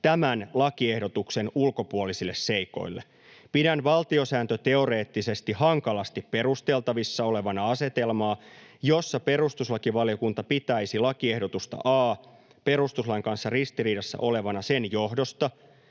tämän lakiehdotuksen ulkopuolisille seikoille. Pidän valtiosääntöteoreettisesti hankalasti perusteltavissa olevana asetelmaa, jossa perustuslakivaliokunta pitäisi lakiehdotusta a perustuslain kanssa ristiriidassa olevana sen johdosta,